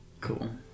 cool